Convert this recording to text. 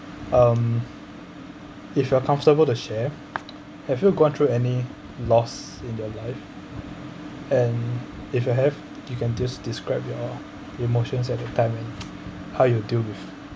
um if you are comfortable to share have you gone through any loss in your life and if you have you can just des~ describe your emotions at the time when how you deal with